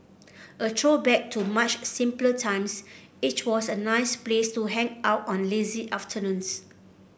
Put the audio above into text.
a throwback to much simpler times it was a nice place to hang out on lazy afternoons